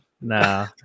Nah